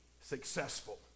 successful